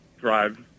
drive